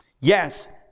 yes